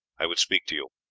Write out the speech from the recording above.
i would speak to you.